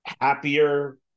happier